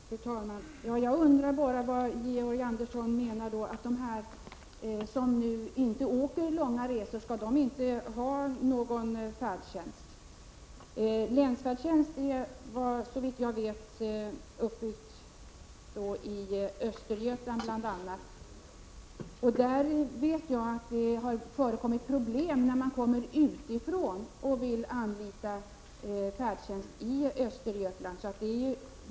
Fru talman! Jag undrar bara om Georg Andersson anser att de som inte gör några långa resor inte skall ha någon färdtjänst. Länsfärdtjänst finns såvitt jag vet i bl.a. Östergötland. Jag vet att det uppstått problem för dem som kommer utifrån och vill anlita färdtjänsten i Östergötland.